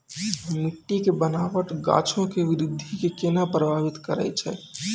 मट्टी के बनावट गाछो के वृद्धि के केना प्रभावित करै छै?